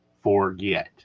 forget